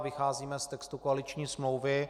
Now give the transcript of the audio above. Vycházíme z textu koaliční smlouvy.